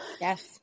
Yes